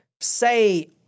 say